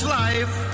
life